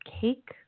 cake